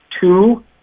Two